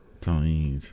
Died